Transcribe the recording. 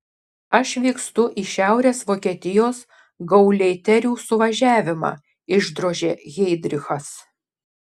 aš vykstu į šiaurės vokietijos gauleiterių suvažiavimą išdrožė heidrichas